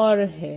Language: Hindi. ओर है